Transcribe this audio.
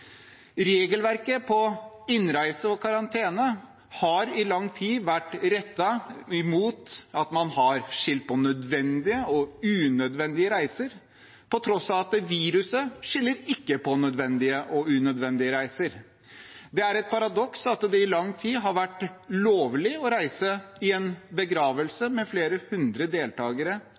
Regelverket for innreise og karantene har i lang tid vært rettet mot at man har skilt på nødvendige og unødvendige reiser, på tross av at viruset ikke skiller på nødvendige og unødvendige reiser. Det er et paradoks at det i lang tid har vært lovlig å reise i en begravelse med flere hundre deltagere